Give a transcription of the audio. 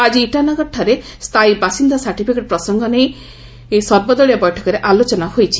ଆଜି ଇଟାନଗରରେ ସ୍ଥାୟୀ ବାସିନ୍ଦା ସାର୍ଟିଫିକେଟ ପ୍ରସଙ୍ଗ ନେଇ ସର୍ବଦଳୀୟ ବୈଠକରେ ଆଲୋଚନା ହୋଇଛି